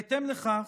בהתאם לכך,